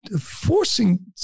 forcing